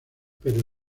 pero